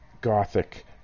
gothic